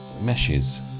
Meshes